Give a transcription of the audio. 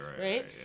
right